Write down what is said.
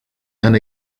and